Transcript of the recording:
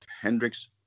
Hendrix